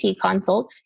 consult